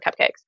cupcakes